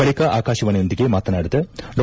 ಬಳಿಕ ಆಕಾಶವಾಣಿಯೊಂದಿಗೆ ಮಾತನಾಡಿದ ಡಾ